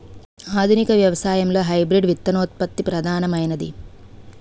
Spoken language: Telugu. ఆధునిక వ్యవసాయంలో హైబ్రిడ్ విత్తనోత్పత్తి ప్రధానమైనది